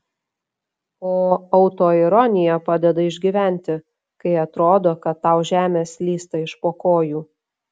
o autoironija padeda išgyventi kai atrodo kad tau žemė slysta iš po kojų